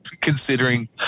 considering